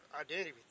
identity